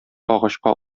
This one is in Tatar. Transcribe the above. агачка